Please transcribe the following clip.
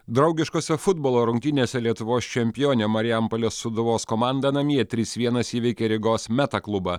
draugiškose futbolo rungtynėse lietuvos čempionė marijampolės sūduvos komanda namie trys vienas įveikė rygos meta klubą